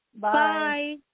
Bye